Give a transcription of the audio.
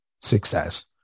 success